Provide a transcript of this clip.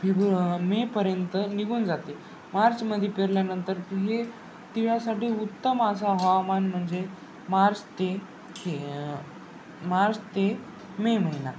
फेबु मेपर्यंत निघून जाते मार्चमध्ये पेरल्यानंतर हे तिळासाठी उत्तम असा हवामान म्हणजे मार्च ते फे मार्च ते मे महिना